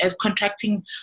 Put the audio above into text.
contracting